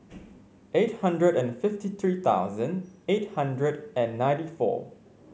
eight hundred and fifty three thousand eight hundred and ninety four